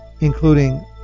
including